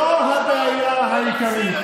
זו הבעיה העיקרית.